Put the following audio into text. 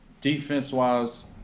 Defense-wise